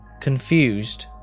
Confused